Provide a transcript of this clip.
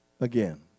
again